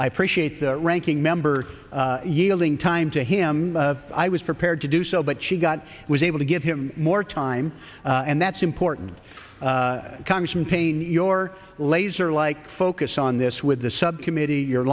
i appreciate the ranking member yielding time to him i was prepared to do so but she got was able to give him more time and that's important congressman payne your laser like focus on this with the subcommittee your